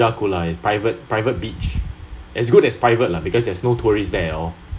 ya tejakula private private beach as good as private lah because there is no tourists there at all